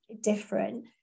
different